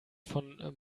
von